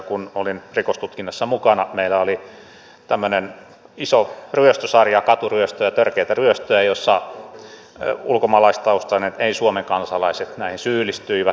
kun olin rikostutkinnassa mukana meillä oli iso ryöstösarja katuryöstöjä ja törkeitä ryöstöjä joihin ulkomaalaistaustaiset ei suomen kansalaiset syyllistyivät